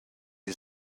you